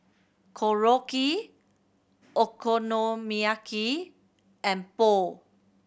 Korokke Okonomiyaki and Pho